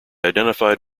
identified